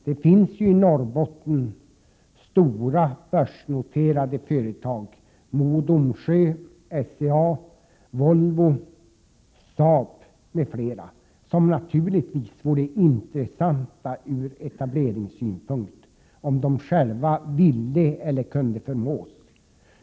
Det finns ju i Norrbotten stora börsnoterade företag — Mo & Domsjö, SCA, Volvo, Saab, m.fl. som naturligtvis är intressanta från etableringssynpunkt, om de själva vill eller kan förmås etablera.